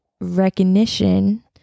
recognition